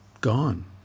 Gone